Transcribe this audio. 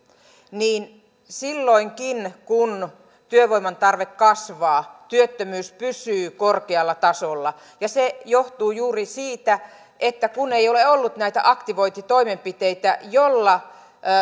niin silloinkin kun työvoiman tarve kasvaa työttömyys pysyy korkealla tasolla se johtuu juuri siitä että ei ole ollut näitä aktivointitoimenpiteitä joilla